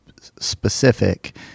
specific